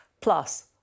plus